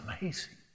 amazing